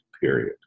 period